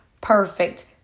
perfect